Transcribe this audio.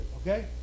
Okay